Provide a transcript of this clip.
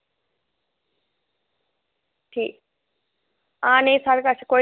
ठीक हां नेईं साढ़े कच्छ कोई